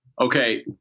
Okay